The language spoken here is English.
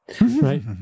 right